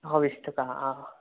এশ বিশ টকা অহ